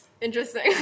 interesting